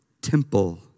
temple